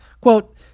Quote